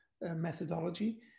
methodology